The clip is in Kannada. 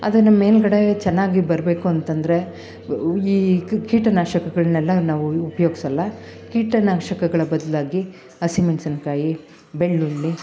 ಅದನ್ನ ಮೇಲುಗಡೆ ಚೆನ್ನಾಗಿ ಬರಬೇಕು ಅಂತಂದರೆ ಈ ಕೀಟನಾಶಕಗಳನ್ನೆಲ್ಲ ನಾವು ಉಪಯೋಗಿಸಲ್ಲ ಕೀಟನಾಶಕಗಳ ಬದಲಾಗಿ ಹಸಿಮೆಣಸಿನಕಾಯಿ ಬೆಳ್ಳುಳ್ಳಿ